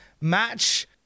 match